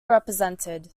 represented